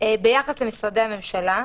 ביחס למשרדי הממשלה,